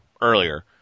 earlier